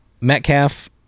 Metcalf